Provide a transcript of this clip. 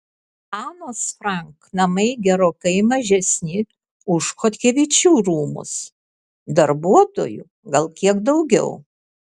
anos frank namai gerokai mažesni už chodkevičių rūmus darbuotojų gal kiek daugiau